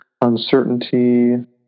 uncertainty